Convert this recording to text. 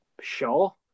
sure